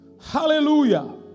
Hallelujah